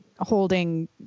holding